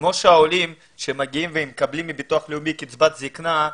כמו שהעולים שמגיעים ומקבלים מביטוח לאומי קצבת זקנה,